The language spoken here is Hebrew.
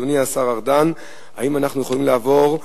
אדוני השר ארדן, האם אנחנו יכולים לעבור?